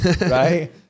right